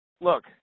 look